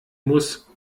muss